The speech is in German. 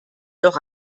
doch